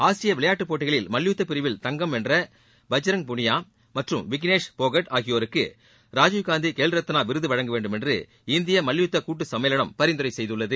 ஆசிய விளையாட்டுப் போட்டிகளில் மல்யுத்தப் பிரிவில் தங்கப்பதக்கம் வென்ற பஜ்ரங் புனியா மற்றும் வினேஷ் போகட் ஆகியோருக்கு ராஜீவ்காந்தி கேல்ரத்னா விருது வழங்க வேண்டுமென்று இந்திய மல்யுத்த கூட்டு சம்மேளனம் பரிந்துரை செய்துள்ளது